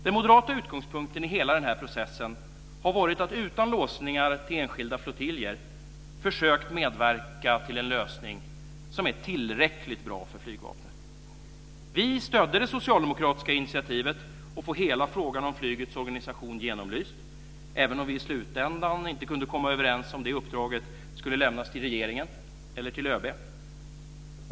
Den moderata utgångspunkten i hela denna process har varit att utan låsningar till enskilda flottiljer försöka medverka till en lösning som är tillräckligt bra för Flygvapnet. Vi stödde det socialdemokratiska initiativet att få hela frågan om flygets organisation genomlyst, även om vi i slutändan inte kunde komma överens om det uppdraget skulle lämnas till regeringen eller till ÖB.